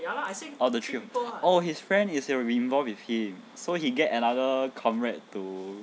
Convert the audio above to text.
oh the three people oh his friend is here involved with him so he get another comrade to